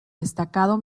destacado